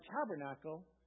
tabernacle